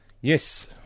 yes